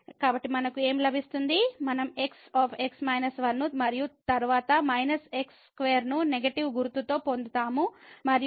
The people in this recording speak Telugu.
కాబట్టి మనకు ఏమి లభిస్తుంది మనం x ను మరియు తరువాత −x2 ను నెగటివ్ గుర్తుతో పొందుతాము మరియు ఇది 2 x 1 అవుతుంది